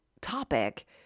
topic